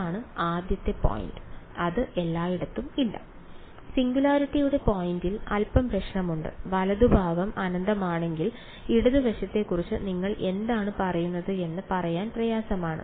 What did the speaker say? അതാണ് ആദ്യത്തെ പോയിന്റ് അത് എല്ലായിടത്തും ഇല്ല സിംഗുലാരിറ്റിയുടെ പോയിന്റിൽ അൽപ്പം പ്രശ്നമുണ്ട് വലതുഭാഗം അനന്തമാണെങ്കിൽ ഇടത് വശത്തെക്കുറിച്ച് നിങ്ങൾ എന്താണ് പറയുന്നത് എന്ന് പറയാൻ പ്രയാസമാണ്